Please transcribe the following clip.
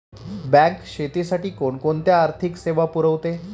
Bank शेतीसाठी कोणकोणत्या आर्थिक सेवा पुरवते?